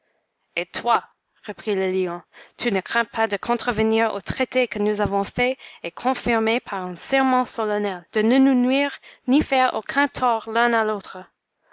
et toi reprit le lion tu ne crains pas de contrevenir au traité que nous avons fait et confirmé par un serment solennel de ne nous nuire ni faire aucun tort l'un à l'autre